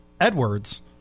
Edwards